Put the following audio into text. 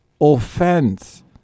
offense